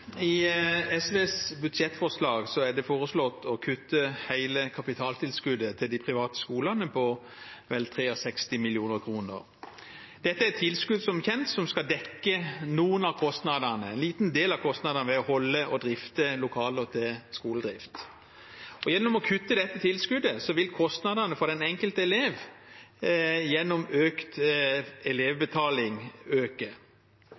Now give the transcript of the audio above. det foreslått å kutte hele kapitaltilskuddet til de private skolene på vel 63 mill. kr. Dette er som kjent tilskudd som skal dekke en liten del av kostnadene ved å holde og drifte lokaler til skoledrift. Gjennom å kutte dette tilskuddet vil kostnadene for den enkelte elev øke gjennom økt